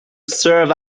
serve